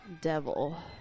devil